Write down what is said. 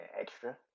extra